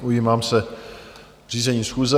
Ujímám se řízení schůze.